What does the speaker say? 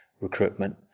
recruitment